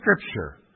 Scripture